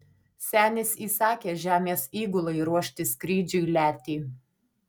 senis įsakė žemės įgulai ruošti skrydžiui letį